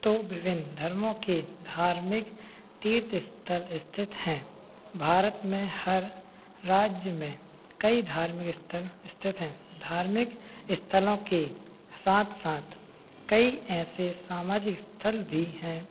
तो विभिन्न धर्मों के धार्मिक तीर्थ स्थल स्थित हैं भारत में हर राज्य में कई धार्मिक स्थल स्थित है धार्मिक स्थलों के साथ साथ कई ऐसे सामाजिक स्थल भी हैं